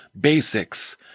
Basics